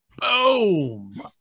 boom